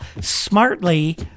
smartly